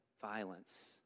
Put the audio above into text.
violence